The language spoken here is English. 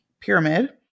pyramid